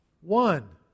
One